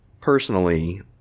personally